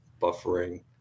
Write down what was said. buffering